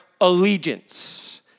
allegiance